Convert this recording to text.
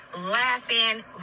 laughing